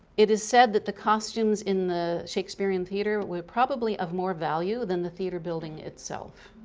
it is said that the costumes in the shakespearean theatre were probably of more value than the theater building itself.